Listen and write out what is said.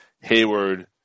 Hayward